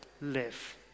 live